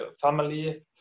family